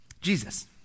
Jesus